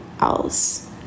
else